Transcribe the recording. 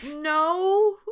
No